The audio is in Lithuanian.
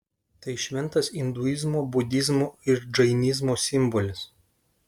tai šventas induizmo budizmo ir džainizmo simbolis